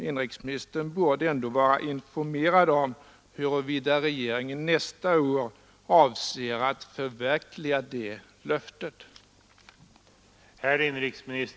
Inrikesministern borde vara informerad om huruvida regeringen avser att nästa år förverkliga det löftet.